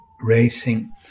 racing